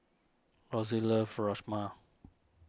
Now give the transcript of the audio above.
Rosy loves Rajma